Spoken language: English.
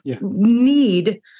need